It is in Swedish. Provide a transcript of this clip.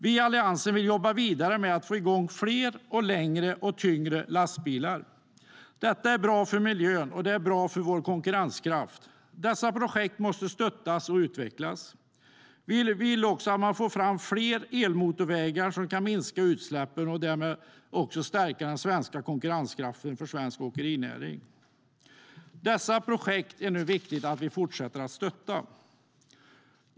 Vi i Alliansen vill jobba vidare med att få i gång fler längre och tyngre lastbilar. Detta är bra för miljön och för vår konkurrenskraft. Dessa projekt måste stöttas och utvecklas. Vi vill också att det blir fler elmotorvägar som kan minska utsläppen och därmed stärka konkurrenskraften för svensk åkerinäring. Det är viktigt att vi fortsätter att stötta dessa projekt.